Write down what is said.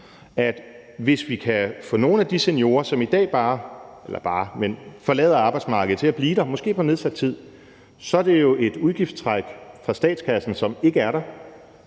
det, hvis vi kan få nogle af de seniorer, som i dag forlader arbejdsmarkedet, til at blive der, måske på nedsat tid, så er et udgiftstræk fra statskassen, som ikke er der,